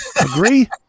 Agree